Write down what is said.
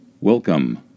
Welcome